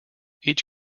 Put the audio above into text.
each